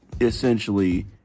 essentially